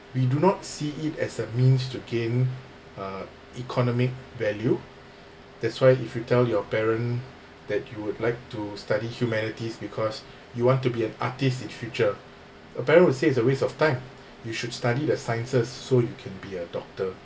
we do not see it as a means to gain uh economic value that's why if you tell your parent that you would like to study humanities because you want to be an artist in future a parent will say it's a waste of time you should study the sciences so you can be a doctor